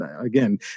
again